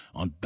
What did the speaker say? on